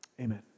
amen